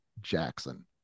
Jackson